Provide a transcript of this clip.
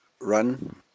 run